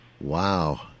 Wow